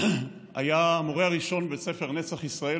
היה המורה הראשון בבית ספר נצח ישראל